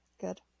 Good